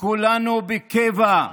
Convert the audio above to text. כולנו בקבע,